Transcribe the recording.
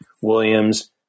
Williams